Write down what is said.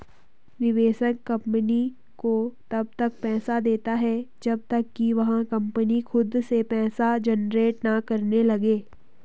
निवेशक कंपनी को तब तक पैसा देता है जब तक कि वह कंपनी खुद से पैसा जनरेट ना करने लगे